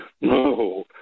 No